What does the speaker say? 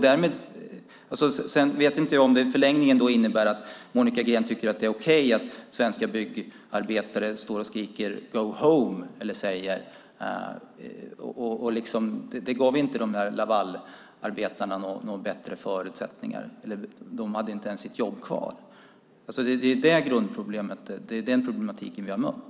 Jag vet inte om det i förlängningen innebär att Monica Green tycker att det är okej att svenska byggarbetare skriker: Go home! Det gav inte Lavalarbetarna några bättre förutsättningar - de fick inte ens ha sina jobb kvar. Den grundproblematiken har vi mött.